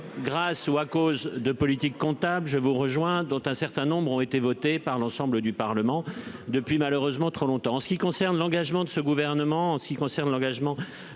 grâce ou à cause de politique comptable, je vous rejoins, dont un certain nombre ont été votés par l'ensemble du Parlement depuis malheureusement trop longtemps en ce qui concerne l'engagement de ce gouvernement en ce qui concerne l'engagement